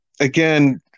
again